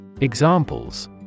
Examples